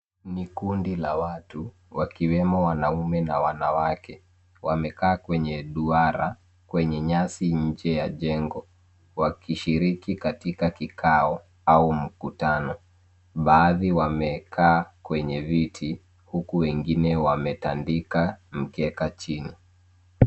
Ni kundi la watu wakiwemo wanaume na wanawake wamekaa kwenye duara kwenye nyasi nje ya jengo wakishiriki katika kikao au mkutano. Baadhi wamekaa kwenye viti huku wengine waletandika mkeka chini.